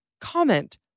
comment